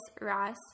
Ross